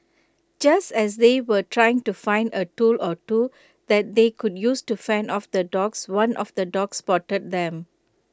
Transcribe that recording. just as they were trying to find A tool or two that they could use to fend off the dogs one of the dogs spotted them